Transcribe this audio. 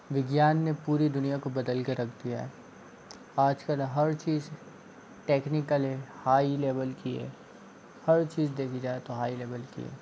विज्ञान ने पूरी दुनिया को बदलकर रख दिया है आजकल हर चीज़ टेक्निकल है हाईलेवल की है हर चीज़ देखी जाए तो हाईलेवल की है